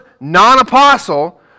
non-apostle